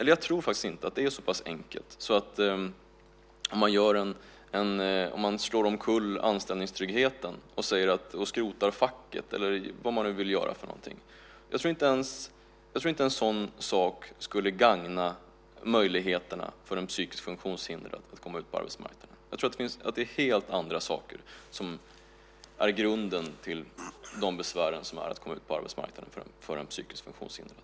Jag tror inte att det är så pass enkelt att om man slår omkull anställningstryggheten och skrotar facket, eller vad man nu vill göra, skulle en sådan sak gagna möjligheterna för de psykiskt funktionshindrade att komma ut på arbetsmarknaden. Jag tror att det är helt andra saker som är grunden till de besvär som finns att komma ut på arbetsmarknaden för de psykiskt funktionshindrade.